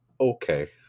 okay